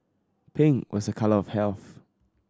pink was a colour of health